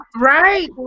right